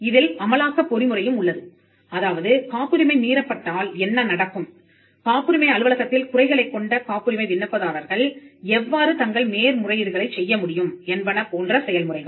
இதில் அமலாக்கப் பொறிமுறையும் உள்ளதுஅதாவது காப்புரிமை மீறப்பட்டால் என்ன நடக்கும் காப்புரிமை அலுவலகத்தில் குறைகளைக் கொண்ட காப்புரிமை விண்ணப்பதாரர்கள் எவ்வாறு தங்கள் மேல் முறையீடுகளைச் செய்யமுடியும் என்பன போன்ற செயல்முறைகள்